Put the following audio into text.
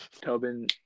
Tobin